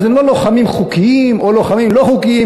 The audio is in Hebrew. אז הם לא לוחמים חוקיים או לוחמים לא חוקיים.